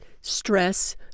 stress